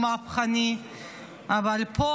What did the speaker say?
שהוא מהפכני.